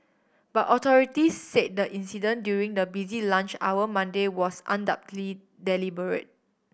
but authorities said the incident during the busy lunch hour Monday was undoubtedly deliberate